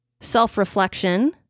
self-reflection